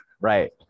Right